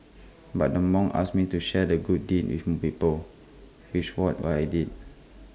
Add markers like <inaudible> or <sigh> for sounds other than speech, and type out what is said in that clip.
but the monk asked me to share the good deed with <unintelligible> people which what what I did